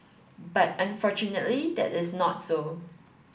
but unfortunately that is not so